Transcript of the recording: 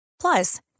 Plus